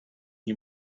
nie